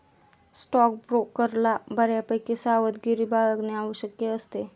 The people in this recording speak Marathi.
स्टॉकब्रोकरला बऱ्यापैकी सावधगिरी बाळगणे आवश्यक असते